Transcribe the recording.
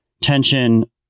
tension